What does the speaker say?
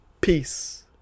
peace